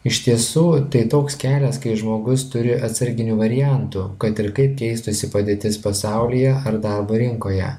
iš tiesų tai toks kelias kai žmogus turi atsarginių variantų kad ir kaip keistųsi padėtis pasaulyje ar darbo rinkoje